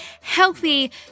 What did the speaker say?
healthy